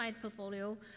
portfolio